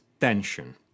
tension